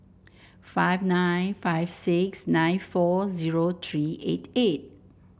five nine five six nine four zero three eight eight